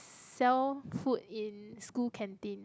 sell food in school canteen